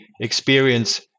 experience